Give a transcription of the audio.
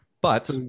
But-